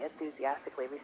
enthusiastically